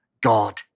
God